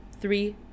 Three-